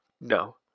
No